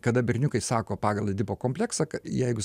kada berniukai sako pagal edipo kompleksą jeigu